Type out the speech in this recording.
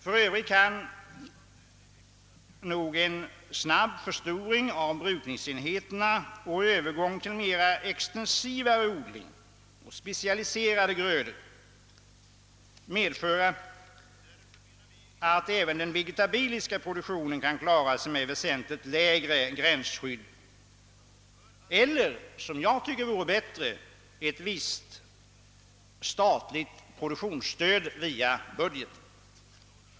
För övrigt kan nog en snabb förstoring av brukningsenheterna och övergång till mera extensiv odling och specialiserade grödor medföra att även den vegetabiliska produktionen kan klara sig med väsentligt lägre gränsskydd el ler — något som jag tycker vore bättre — ett visst statligt produktionsstöd via budgeten.